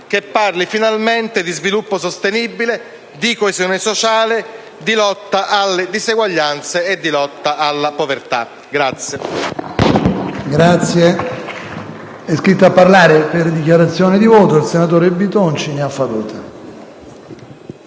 che finalmente parli di sviluppo sostenibile, di coesione sociale, di lotta alle disuguaglianze e di lotta alla povertà.